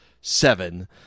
seven